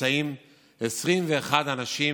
נמצאים 21 אנשים.